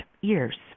years